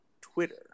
Twitter